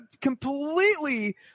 completely